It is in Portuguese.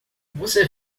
você